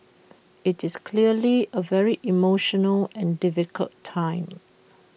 IT is clearly A very emotional and difficult time